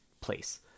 place